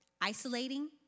Isolating